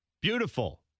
Beautiful